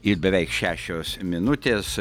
ir beveik šešios minutės